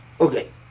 Okay